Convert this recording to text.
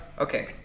Okay